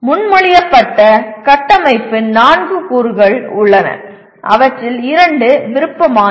முன்மொழியப்பட்ட கட்டமைப்பின் நான்கு கூறுகள் உள்ளன அவற்றில் இரண்டு விருப்பமானவை